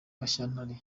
gashyantare